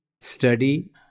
study